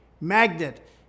magnet